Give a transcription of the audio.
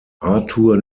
arthur